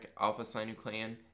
alpha-synuclein